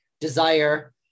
desire